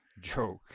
joke